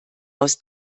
aus